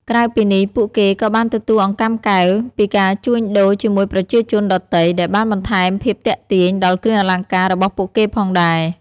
ក្រៅពីនេះ ពួកគេក៏បានទទួល អង្កាំកែវ ពីការជួញដូរជាមួយប្រជាជនដទៃ ដែលបានបន្ថែមភាពទាក់ទាញដល់គ្រឿងអលង្ការរបស់ពួកគេផងដែរ។